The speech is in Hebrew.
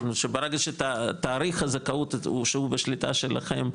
שברגע שתאריך הזכאות שהוא בשליטה שלכם,